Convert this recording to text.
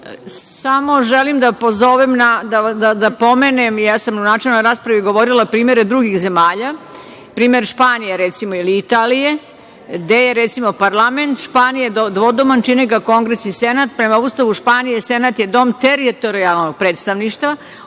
Samo želim da pomenem, ja sam u načelnoj raspravi govorila primere drugih zemalja, primer Španije recimo ili Italije, gde parlament Španije dvodoman, čine ga kongres i senat. Prema Ustavu Španije senat je dom teritorijalnog predstavništva.